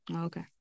Okay